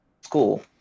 school